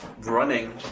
running